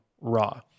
raw